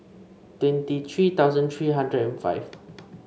twenty three thousand three hundred and five